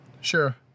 Sure